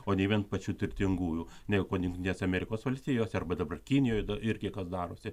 o ne vien pačių turtingųjų dėl ko jungtinėse amerikos valstijose arba dabar kinijoj irgi kas darosi